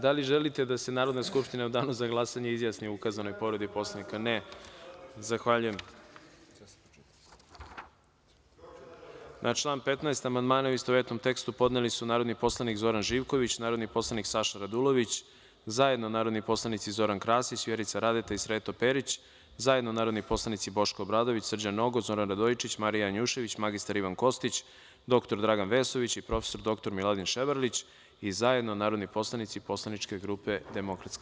Da li želite da se Narodna skupština u danu za glasanje izjasni o povredi Poslovnika? (Ne.) Na član 15. amandmane, u istovetnom tekstu, podneli su narodni poslanik Zoran Živković, narodni poslanik Saša Radulović, zajedno narodni poslanici Zoran Krasić, Vjerica Radeta i Sreto Perić, zajedno narodni poslanici Boško Obradović, Srđan Nogo, Zoran Radojičić, Marija Janjušević, mr Ivan Kostić, dr Dragan Vesović i prof. dr Miladin Ševarlić i zajedno narodni poslanici poslaničke grupe DS.